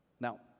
Now